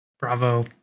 bravo